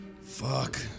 Fuck